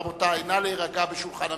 רבותי, נא להירגע בשולחן הממשלה.